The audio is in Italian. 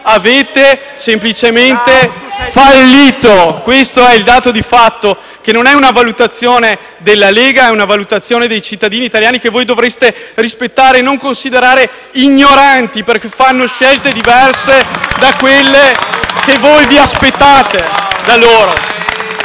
dal Gruppo PD)*. Questo è il dato di fatto che non è una valutazione della Lega, è una valutazione dei cittadini italiani che voi dovreste rispettare e non considerare ignoranti perché fanno scelte diverse da quelle che voi vi aspettate da loro.